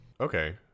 Okay